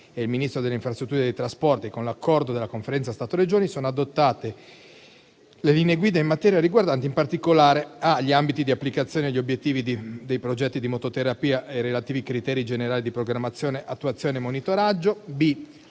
e il Ministro delle infrastrutture e dei trasporti e con l'accordo della Conferenza Stato-Regioni, sono adottate le linee guida in materia, riguardanti in particolare: gli ambiti di applicazione e gli obiettivi dei progetti di mototerapia e i relativi criteri generali di programmazione, attuazione, monitoraggio